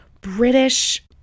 British